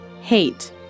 Hate